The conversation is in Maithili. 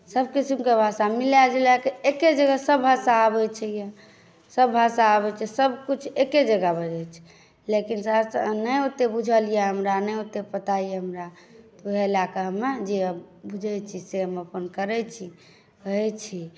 सभ किस्मके भाषा मिलाए जुलाए कऽ एके जगह सभभाषा आबैत छै यए सभ भाषा आबैत छै सभकुछ एके जगह भऽ जाइत छै लेकिन सहरसा नहि ओतेक बुझल यए हमरा नहि ओतेक पता यए हमरा तऽ उएह लए कऽ हम जे बुझैत छियै से हम करैत छी कहैत छी